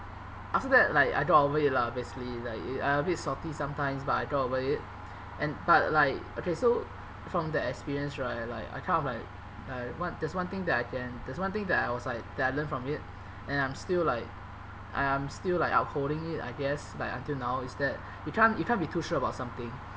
after that like I got over it lah basically like it I a bit salty sometimes but I got over it and but like okay so from thee experience right like I kind of like like one there's one thing that I can there's one thing that I was like that I learned from it and I'm still like I I'm still like upholding it I guess like until now is that you can't you can't be too sure about something